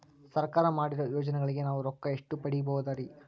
ಸರ್ಕಾರ ಮಾಡಿರೋ ಯೋಜನೆಗಳಿಗೆ ನಾವು ರೊಕ್ಕ ಎಷ್ಟು ಪಡೀಬಹುದುರಿ?